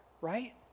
right